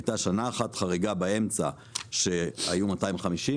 הייתה שנה חריגה אחת באמצע שהיו 250,